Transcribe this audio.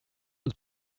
the